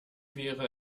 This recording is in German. wäre